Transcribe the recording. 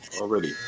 already